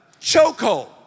chokehold